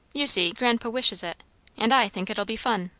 you see, grandpa wishes it and i think it'll be fun.